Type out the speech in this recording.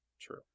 True